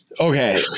okay